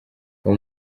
uwo